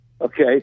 okay